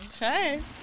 okay